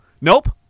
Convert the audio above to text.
Nope